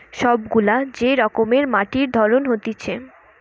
সব গুলা যে রকমের মাটির ধরন হতিছে